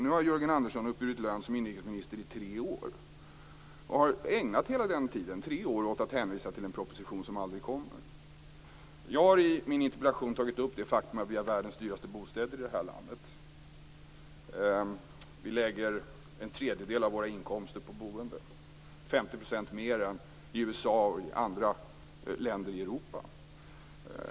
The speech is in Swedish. Nu har Jörgen Andersson uppburit lön som inrikesminister i tre år. Han har ägnat hela den tiden - tre år - åt att hänvisa till en proposition som aldrig kommer. Jag har i min interpellation tagit upp det faktum att vi har världens dyraste bostäder i detta land. Vi lägger en tredjedel av våra inkomster på boende. Det är 50 % mer än vad man gör i USA och andra länder i Europa.